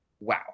wow